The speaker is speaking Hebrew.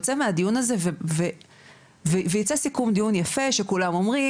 יוצא מהדיון הזה ויצא סיכום דיון יפה שכולם אומרים